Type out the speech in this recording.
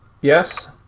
Yes